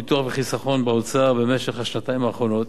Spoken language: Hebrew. ביטוח וחיסכון באוצר בשנתיים האחרונות.